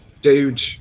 Dude